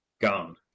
Gone